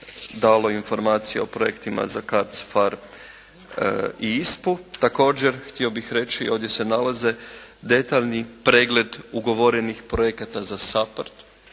dalo informacije o projektima za CARDS, PHARE i ISPA-U. Također htio bih reći i ovdje se nalaze detaljni pregled ugovorenih projekata za SAPARD,